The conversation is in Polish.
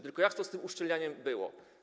Tylko jak to z tym uszczelnianiem było?